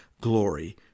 glory